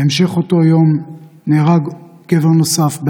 בהמשך אותו יום נהרג גבר נוסף,